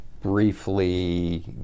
briefly